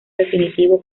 definitivo